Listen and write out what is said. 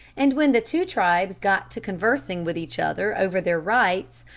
and when the two tribes got to conversing with each other over their rights,